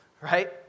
right